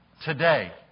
today